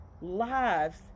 lives